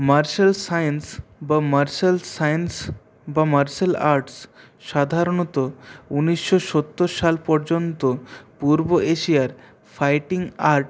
martial science বা martial science বা martial art সাধারণত উনিশশো সত্তর সাল পর্যন্ত পূর্ব এশিয়ার ফাইটিং আর্ট